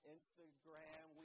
Instagram